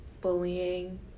bullying